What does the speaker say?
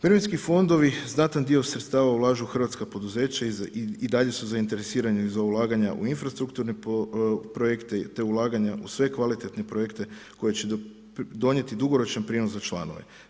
Mirovinski fondovi znatan dio sredstava ulažu u hrvatska poduzeća i dalje su zainteresirani za ulaganja u infrastrukturne projekte te ulaganja u sve kvalitetne projekte koji će donijeti dugoročan prijenos za članove.